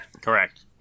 Correct